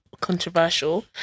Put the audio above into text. Controversial